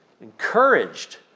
Encouraged